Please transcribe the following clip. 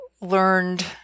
learned